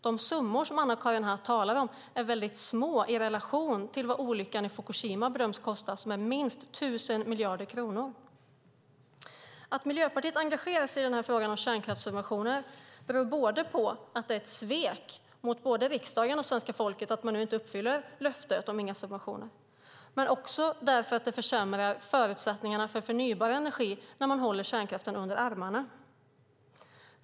De summor som Anna-Karin Hatt talar om är väldigt små i relation till de minst 1 000 miljarder kronor som olyckan i Fukushima bedöms kosta. Att Miljöpartiet engagerar sig i den här frågan om kärnkraftssubventioner beror både på att det är ett svek mot riksdagen och svenska folket att man nu inte uppfyller löftet om att inte ha några subventioner och på att det försämrar förutsättningarna för förnybar energi när man håller kärnkraften under armarna.